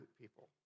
people